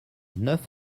neuf